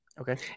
Okay